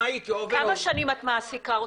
כמה שנים את מעסיקה אותה?